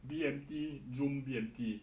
B_M_T zoom B_M_T